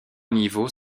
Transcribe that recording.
niveaux